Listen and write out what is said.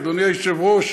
אדוני היושב-ראש,